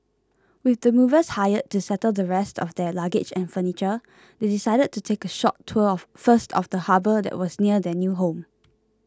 with the movers hired to settle the rest of their luggage and furniture they decided to take a short tour first of the harbour that was near their new home